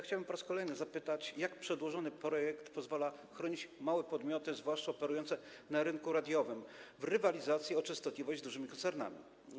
Chciałbym po raz kolejny zapytać: Jak przedłożony projekt pozwala chronić małe podmioty, zwłaszcza operujące na rynku radiowym, w rywalizacji o częstotliwość z dużymi koncernami?